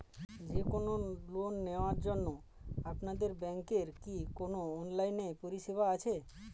যে কোন লোন নেওয়ার জন্য আপনাদের ব্যাঙ্কের কি কোন অনলাইনে পরিষেবা আছে?